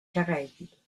caraïbes